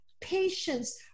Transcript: patience